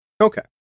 Okay